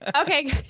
Okay